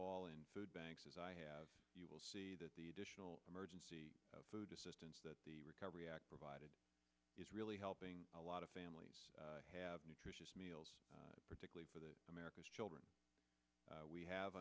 all in food banks as i have you will see that the additional emergency food assistance that the recovery act provided is really helping a lot of families have nutritious meals particularly for the america's children we have